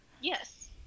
Yes